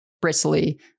bristly